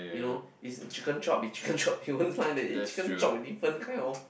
you know it's chicken chop with chicken chop you won't find that eh chicken chop with different kind of